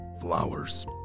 flowers